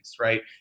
right